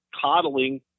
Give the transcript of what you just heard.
coddling